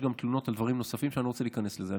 יש גם תלונות על דברים נוספים שאני לא רוצה להיכנס לזה.